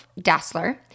Dassler